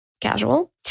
casual